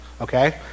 okay